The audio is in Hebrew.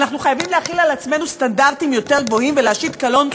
אנחנו חייבים להחיל על עצמנו סטנדרטים גבוהים יותר ולהשית קלון על חברה,